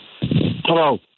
Hello